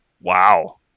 wow